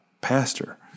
pastor